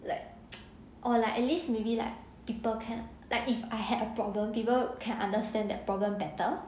like or like at least maybe like people can like if I had a problem people can understand that problem better